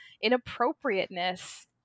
inappropriateness